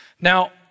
Now